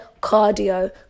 cardio